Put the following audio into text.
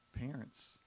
Parents